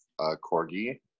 corgi